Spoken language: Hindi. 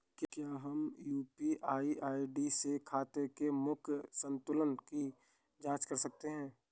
क्या हम यू.पी.आई आई.डी से खाते के मूख्य संतुलन की जाँच कर सकते हैं?